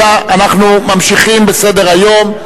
אנחנו ממשיכים בסדר-היום.